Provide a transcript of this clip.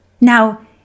Now